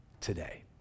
today